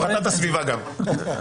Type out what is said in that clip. הפרטת הסביבה גם.